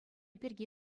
пирки